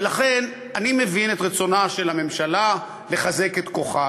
אני מבין את רצונה של הממשלה לחזק את כוחה,